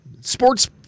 sports